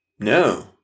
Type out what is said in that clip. No